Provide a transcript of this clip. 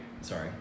Sorry